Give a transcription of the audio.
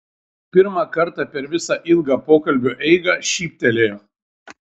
pirmą kartą per visą ilgą pokalbio eigą šyptelėjo